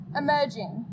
emerging